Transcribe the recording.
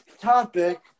Topic